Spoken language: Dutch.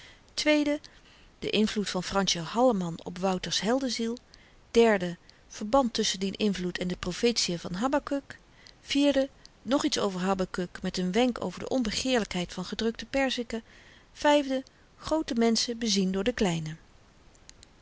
de invloed van fransje halleman op wouter's helde ziel derde verband tusschen dien invloed en de profetiën van habakuk vierde nog iets over habakuk met n wenk over de onbegeerlykheid van gedrukte perziken vijfde groote menschen bezien door de kleine